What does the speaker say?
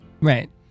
Right